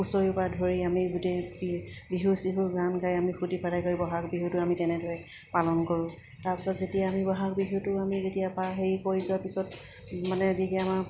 হুঁচৰি পা ধৰি আমি গোটেই বিহু চিহু গান গাই আমি ফূৰ্তি ফাৰ্তা কৰি বহাগ বিহুটো আমি তেনেদৰে পালন কৰোঁ তাৰপিছত যেতিয়া আমি বহাগ বিহুটো আমি যেতিয়া পা হেৰি পৰি যোৱা পিছত মানে কি আমাৰ